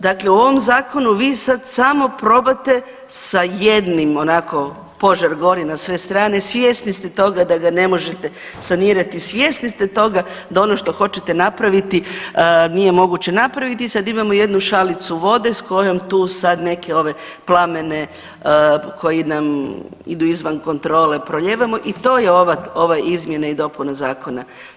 Dakle, u ovom zakonu vi sad samo probate sa jednim onako, požar gori na sve strane, svjesni ste toga da ga ne možete sanirati, svjesni ste toga da ono što hoćete napraviti nije moguće napraviti, sad imamo jednu šalicu vode s kojom tu sad neke ove plamene koji nam idu izvan kontrole proljevamo i to je ova, ova izmjena i dopuna zakona.